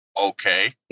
okay